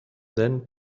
then